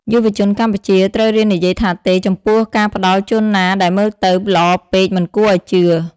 យុវជនកម្ពុជាត្រូវរៀននិយាយថា "ទេ" ចំពោះការផ្តល់ជូនណាដែលមើលទៅ "ល្អពេកមិនគួរឱ្យជឿ"។